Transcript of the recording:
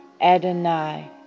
Adonai